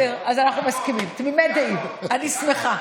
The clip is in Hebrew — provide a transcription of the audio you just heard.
בסדר, אנחנו מסכימים, תמימי דעים, אני שמחה.